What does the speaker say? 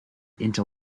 into